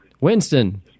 Winston